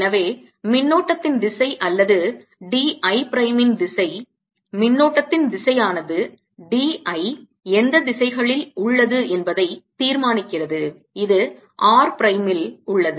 எனவே மின்னோட்டத்தின் திசை அல்லது d I பிரைமின் திசை மின்னோட்டத்தின் திசையானது d I எந்த திசைகளில் உள்ளது என்பதை தீர்மானிக்கிறது இது r பிரைமில் உள்ளது